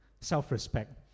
self-respect